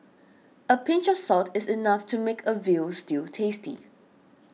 a pinch of salt is enough to make a Veal Stew tasty